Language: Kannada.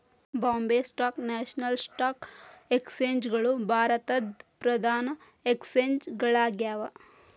Bombay stock national stock exchange ಗಳು ಭಾರತದ್ ಪ್ರಧಾನ ಎಕ್ಸ್ಚೇಂಜ್ ಗಳಾಗ್ಯಾವ